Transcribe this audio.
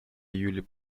июле